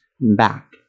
back